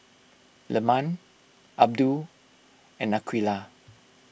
Leman Abdul and Aqeelah